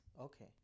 Okay